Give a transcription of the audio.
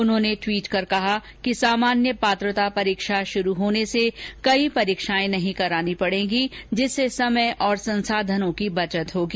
उन्होंने ट्वीट कर कहा कि समान्य पात्रता परीक्षा शुरू होने से कई परीक्षाएं नहीं करानी पडेगी जिससे समय और संसाधनों की बचत होगी